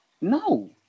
no